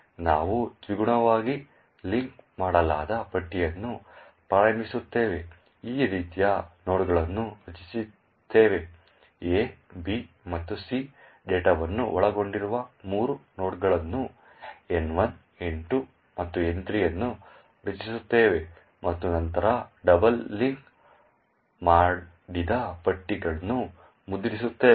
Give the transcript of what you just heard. ನಾವು ದ್ವಿಗುಣವಾಗಿ ಲಿಂಕ್ ಮಾಡಲಾದ ಪಟ್ಟಿಯನ್ನು ಪ್ರಾರಂಭಿಸುತ್ತೇವೆ ಈ ರೀತಿಯ ನೋಡ್ಗಳನ್ನು ರಚಿಸುತ್ತೇವೆ A B ಮತ್ತು C ಡೇಟಾವನ್ನು ಒಳಗೊಂಡಿರುವ ಮೂರು ನೋಡ್ಗಳನ್ನು N1 N2 ಮತ್ತು N3 ಅನ್ನು ರಚಿಸುತ್ತೇವೆ ಮತ್ತು ನಂತರ ಡಬಲ್ ಲಿಂಕ್ ಮಾಡಿದ ಪಟ್ಟಿಯನ್ನು ಮುದ್ರಿಸುತ್ತೇವೆ